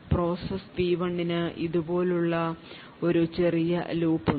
process P 1 ന് ഇതുപോലെ ഉള്ള ഒരു ചെറിയ loop ഉണ്ട്